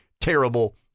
terrible